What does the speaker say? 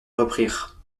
reprirent